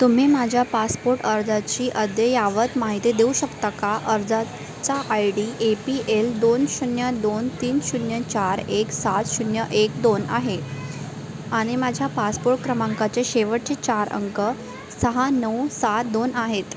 तुम्ही माझ्या पासपोर्ट अर्जाची अद्ययावत माहिती देऊ शकता का अर्जाचा I D A P L दोन शून्य दोन तीन शून्य चार एक सात शून्य एक दोन आहे आणि माझ्या पासपोर्ट क्रमांकाचे शेवटचे चार अंक सहा नऊ सात दोन आहेत